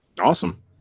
Awesome